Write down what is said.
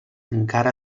encara